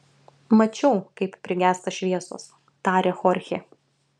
mačiau kaip prigęsta šviesos tarė chorchė